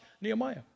Nehemiah